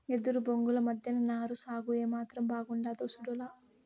ఎదురు బొంగుల మద్దెన నారు సాగు ఏమాత్రం బాగుండాదో సూడాల